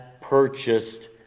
purchased